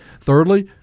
Thirdly